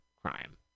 crime